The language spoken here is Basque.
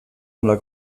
nola